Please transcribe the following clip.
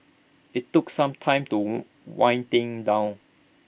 IT took some time wind things down